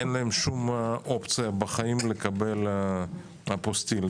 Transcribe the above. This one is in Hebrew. אין להם אופציה בכלל לקבל אפוסטיל.